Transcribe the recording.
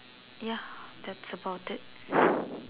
ya that's about it